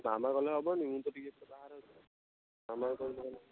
ମାମା ଗଲେ ହେବନି ମୁଁ ତ ଟିକେ ବାହାରେ ଅଛି ମାମାକୁ କହିଲେ ଗଲେ ହବ